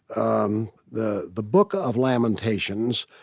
um the the book of lamentations